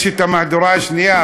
יש מהדורה שנייה,